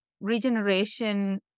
regeneration